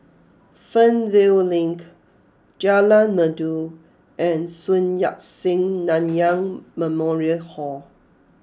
Fernvale Link Jalan Merdu and Sun Yat Sen Nanyang Memorial Hall